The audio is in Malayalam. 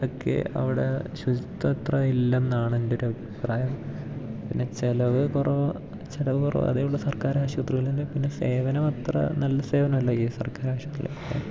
ഒക്കെ അവിടെ ശുചിത്വം അത്ര ഇല്ലെന്നാണെൻ്റെ ഒരു അഭിപ്രായം പിന്നെ ചിലവ് കുറവ് ചിലവ് കുറവ് അതേ ഉള്ളൂ സർക്കാർ ആശുപത്രികളിൽ പിന്നെ സേവനമത്ര നല്ല സേവനമല്ല ഈ സർക്കാർ ആശുപത്രികളിലൊക്കെ